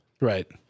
Right